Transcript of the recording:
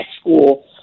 school